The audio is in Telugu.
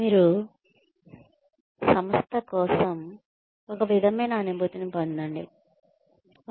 మీరు సంస్థ కోసం ఒక విధమైన అనుభూతిని పొందండం